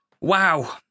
Wow